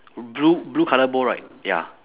blue blue colour bowl right ya